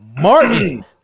Martin